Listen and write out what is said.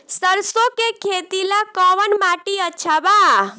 सरसों के खेती ला कवन माटी अच्छा बा?